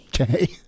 okay